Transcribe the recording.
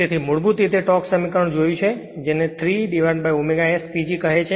તેથી મૂળભૂત રીતે ટોર્ક સમીકરણ જોયું છે જેને 3 3ω SPG કહે છે